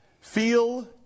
Feel